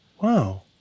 Wow